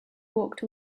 walked